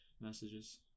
messages